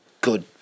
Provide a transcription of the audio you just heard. good